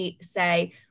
say